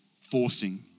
forcing